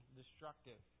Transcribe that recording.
destructive